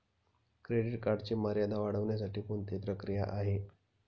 Credit कार्डची मर्यादा वाढवण्यासाठी कोणती प्रक्रिया आहे?